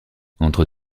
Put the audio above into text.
entre